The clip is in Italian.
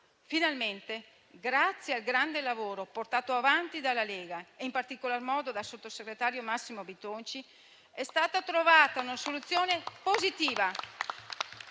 Finalmente, grazie al grande lavoro portato avanti dalla Lega e in particolar modo dal sottosegretario Massimo Bitonci, è stata trovata una soluzione positiva